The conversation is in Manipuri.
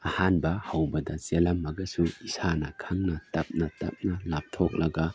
ꯑꯍꯥꯟꯕ ꯍꯧꯕꯗ ꯆꯦꯜꯂꯝꯃꯒꯁꯨ ꯏꯁꯥꯅ ꯈꯪꯅ ꯇꯞꯅ ꯇꯞꯅ ꯂꯥꯞꯊꯣꯛꯂꯒ